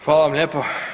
Hvala vam lijepo.